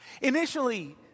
Initially